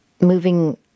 moving